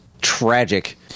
tragic